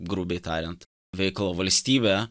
grubiai tariant veikalo valstybę